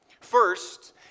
First